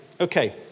okay